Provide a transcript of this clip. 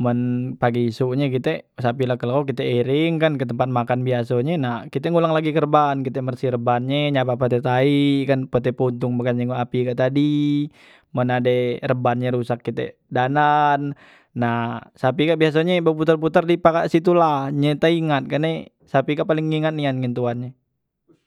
men pagi isuk nye kite sapi la keluo kite ireng kan ke tempat makan biaso nye nah kite ngulang lagi ke reban kite bersih reban nye nyapak ade tai kan puteh puntung kan bukan nyingok api kak tadi, men ade reban nye rusak kite dandan nah sapi kak biase nye beputar- putar di parak situla nye ta ingat karne sapi kak paling ngingat nian dengan tuan nye.